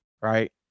Right